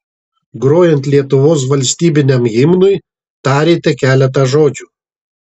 grojant lietuvos valstybiniam himnui tarėte keletą žodžių